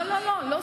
לא, לא, לא, לא, לא.